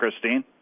Christine